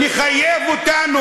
שקר.